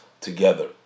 together